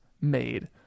made